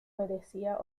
merecía